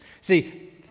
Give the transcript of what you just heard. See